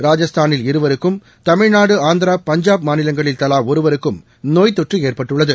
ராஜஸ்தானில் இருவருக்கும் தமிழ்நாடு ஆந்திரா பஞ்சாப் மாநிலங்களில் தவா இருவருக்கும் நோய் தொற்று ஏற்பட்டுள்ளது